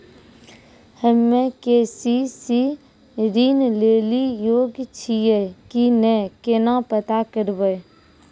हम्मे के.सी.सी ऋण लेली योग्य छियै की नैय केना पता करबै?